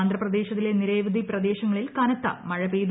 ആന്ധ്രപ്രദേശിലെ നിരവധി പ്രദേശങ്ങളിൽ കനത്ത മഴ പെയ്തു